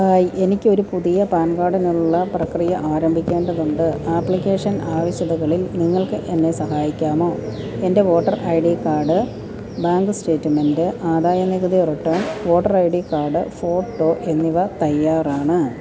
hi എനിക്കൊരു പുതിയ PAN കാഡിനുള്ള പ്രക്രിയ ആരംഭിക്കേണ്ടതുണ്ട് ആപ്ലിക്കേഷൻ ആവശ്യകതകളിൽ നിങ്ങൾക്ക് എന്നെ സഹായിക്കാമോ എന്റെ voter I D card bank statement ആദായനികുതി return voter I D card photo എന്നിവ തയ്യാറാണ്